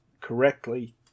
correctly